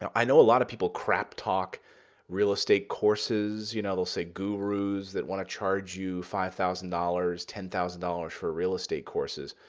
i know a lot of people crap talk real estate courses. you know they'll say gurus that want to charge you five thousand dollars, ten thousand for real estate courses.